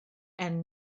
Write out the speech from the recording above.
and